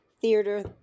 theater